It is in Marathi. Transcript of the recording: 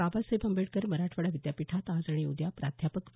बाबासाहेब आंबेडकर मराठवाडा विद्यापीठात आज आणि उद्या प्राध्यापक वा